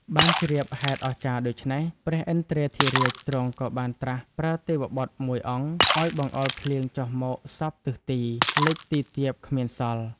បានជ្រាបហេតុអស្ចារ្យដូច្នេះ ព្រះឥន្ទ្រាធិរាជទ្រង់ក៏បានត្រាស់ប្រើទេវបុត្រមួយអង្គ ឲ្យបង្អុរភ្លៀងចុះមកសព្វទិសទី លិចទីទាបគ្មានសល់។